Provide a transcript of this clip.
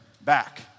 back